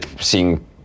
seeing